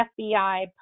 FBI